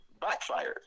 backfired